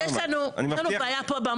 אני מבטיח --- יש לנו בעיה במוח,